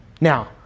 Now